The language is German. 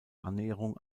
annäherung